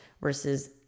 versus